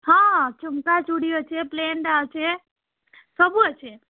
ହଁ ଚୁମ୍କା ଚୁଡ଼ି ଅଛେ ପ୍ଲେନ୍ଟା ଅଛେ ସବୁ ଅଛେ